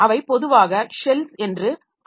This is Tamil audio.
அவை பொதுவாக ஷெல்ஸ் என்று அழைக்கப்படுகின்றன